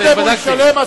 אני בדקתי.